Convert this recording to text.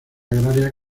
agraria